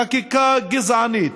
חקיקה גזענית,